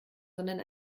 sondern